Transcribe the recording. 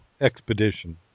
expedition